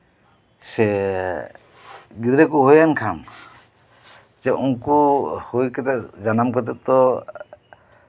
ᱥᱮ ᱜᱤᱫᱽᱨᱟᱹ ᱠᱚ ᱦᱩᱭᱮᱱ ᱠᱷᱟᱱ ᱩᱱᱠᱩ ᱦᱩᱭ ᱠᱟᱛᱮᱫ ᱡᱟᱱᱟᱢ ᱠᱟᱛᱮᱫ ᱛᱚ